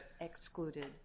excluded